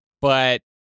but-